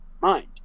mind